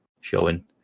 showing